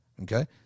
Okay